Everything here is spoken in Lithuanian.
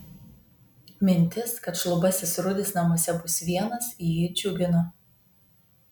mintis kad šlubasis rudis namuose bus vienas jį džiugino